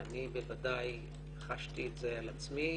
ואני בוודאי חשתי את זה על עצמי,